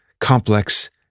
complex